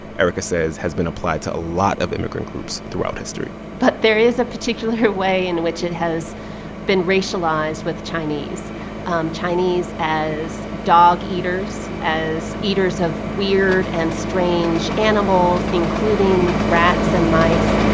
erika says, has been applied to a lot of immigrant groups throughout history but there is a particular way in which it has been racialized with chinese um chinese as dog eaters, as eaters of weird and strange animals including rats and mice,